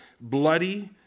bloody